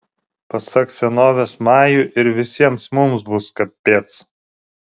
pasak senovės majų ir visiems mums bus kapec